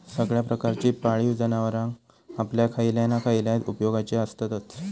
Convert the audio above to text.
सगळ्या प्रकारची पाळीव जनावरां आपल्या खयल्या ना खयल्या उपेगाची आसततच